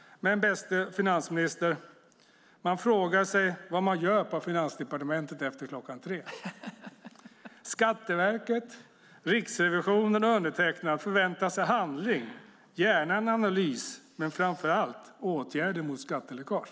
Men, bäste finansminister, jag undrar vad man gör på Finansdepartementet efter klockan tre. Skatteverket, Riksrevisionen och jag förväntar oss handling - gärna en analys, men framför allt åtgärder mot skatteläckage.